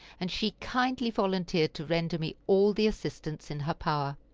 and she kindly volunteered to render me all the assistance in her power.